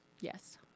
Yes